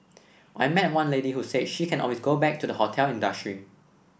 I met one lady who said she can always go back to the hotel industry